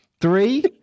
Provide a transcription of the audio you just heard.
Three